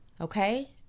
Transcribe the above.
okay